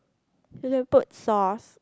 you can put sauce